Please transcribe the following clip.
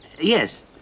Yes